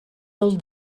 del